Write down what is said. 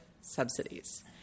Subsidies